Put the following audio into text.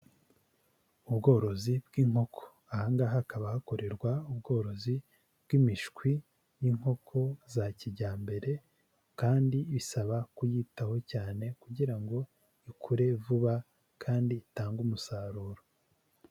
Ubworozi bw'inkoko, aha ngaha hakaba hakorerwa ubworozi bw'imishwi y'inkoko za kijyambere kandi bisaba kuyitaho cyane kugira ngo ikure vuba kandi itange umusaruro.